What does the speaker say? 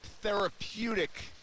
therapeutic